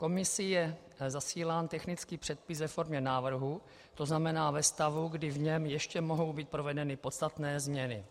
Komisí je zasílán technický předpis ve formě návrhu, to znamená ve stavu, kdy v něm ještě mohou být provedeny podstatné změny.